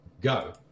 go